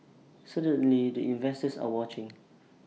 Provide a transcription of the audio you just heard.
certainly the investors are watching